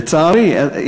לצערי,